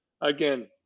again